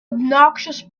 obnoxious